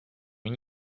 une